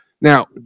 Now